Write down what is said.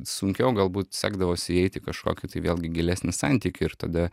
sunkiau galbūt sekdavosi įeiti į kažkokį tai vėlgi gilesnį santykį ir tada